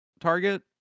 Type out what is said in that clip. Target